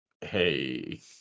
Hey